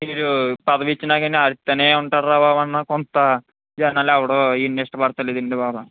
వీడు పదవిచ్చినా కానీ అరుస్తూనే ఉంటాడురా బాబు అనే కొంత జనాలెవరూ వీణ్ణి ఇష్టపడటం లేదండి బాబా